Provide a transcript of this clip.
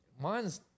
mine's